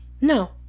no